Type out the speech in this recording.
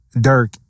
Dirk